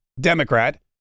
Democrat